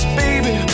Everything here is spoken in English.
baby